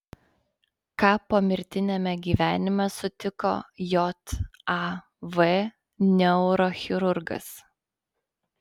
ką pomirtiniame gyvenime sutiko jav neurochirurgas